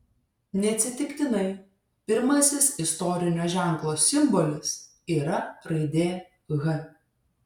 neatsitiktinai pirmasis istorinio ženklo simbolis yra raidė h